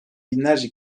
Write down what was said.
binlerce